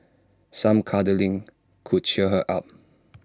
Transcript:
some cuddling could cheer her up